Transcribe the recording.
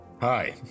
Hi